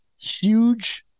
huge